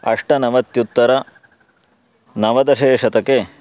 अष्टनवत्युत्तरनवदशे शतके